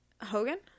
Hogan